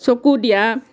চকু দিয়া